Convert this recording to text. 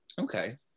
Okay